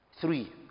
three